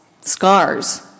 scars